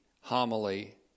homily